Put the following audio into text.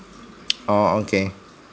oh okay